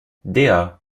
dea